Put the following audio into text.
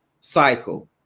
cycle